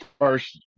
first